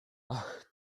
ach